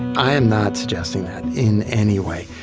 i am not suggesting that in any way.